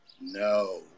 No